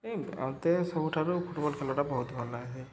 ଏ ମତେ ସବୁଠାରୁ ଫୁଟ୍ବଲ୍ ଖେଲ୍ବାଟା ବହୁତ୍ ଭଲ୍ ଲାଗ୍ସି